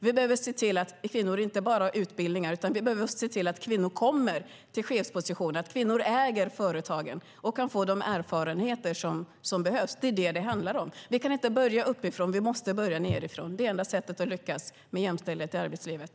Vi behöver se till att kvinnor inte bara har utbildning, utan vi behöver se till att kvinnor kommer till chefspositioner och att kvinnor äger företagen och kan få de erfarenheter som behövs. Det är detta det handlar om. Vi kan inte börja uppifrån. Vi måste börja nedifrån. Det är det enda sättet att lyckas med jämställdhet i arbetslivet.